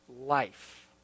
life